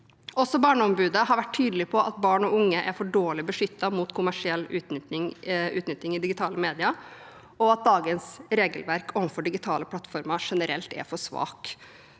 Barneombudet har vært tydelig på at barn og unge er for dårlig beskyttet mot kommersiell utnytting i digitale medier, og at dagens regelverk for digitale plattformer generelt er for svakt.